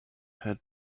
had